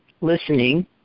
listening